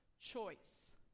choice